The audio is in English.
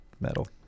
metal